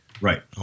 Right